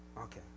Okay